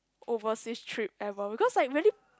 overseas trip ever because like really